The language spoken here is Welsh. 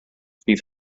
bydd